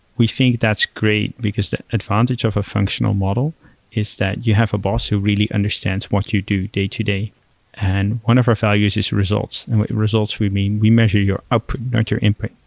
we think that's great, because that advantage of a functional model is that you have a boss who really understands what you do day-to-day. and one of our values is results, and by results we mean we measure your upward nurture input.